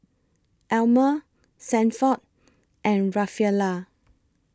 Almer Sanford and Rafaela